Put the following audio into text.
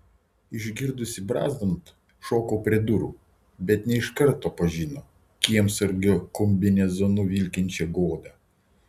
išgirdusi brazdant šoko prie durų bet ne iš karto pažino kiemsargio kombinezonu vilkinčią godą